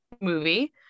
movie